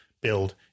build